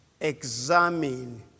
Examine